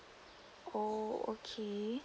oh okay